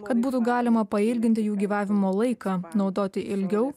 kad būtų galima pailginti jų gyvavimo laiką naudoti ilgiau